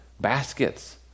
baskets